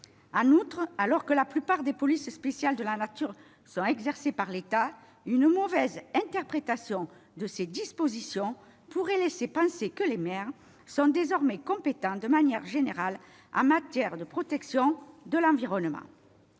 En outre, alors que la plupart des polices spéciales de la nature sont exercées par l'État, une mauvaise interprétation de ces dispositions aurait pu laisser penser que les maires sont désormais compétents de manière générale en matière de protection de l'environnement.